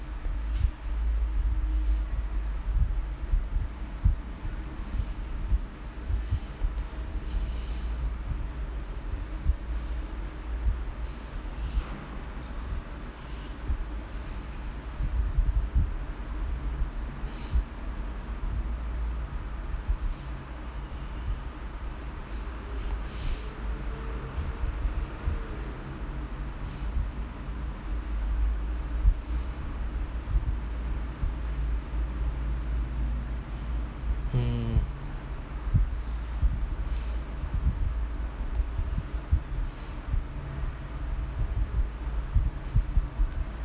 hmm